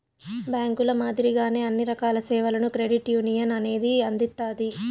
బ్యాంకుల మాదిరిగానే అన్ని రకాల సేవలను క్రెడిట్ యునియన్ అనేది అందిత్తాది